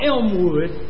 Elmwood